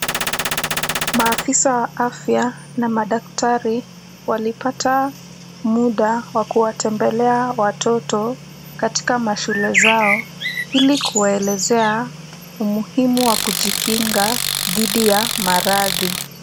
Maafisa wa afya na madaktari, walipata muda wa kuwatembelea watoto katika mashule zao, ili kuwaelezea umuhimu wa kujikinga dhidi ya maradhi.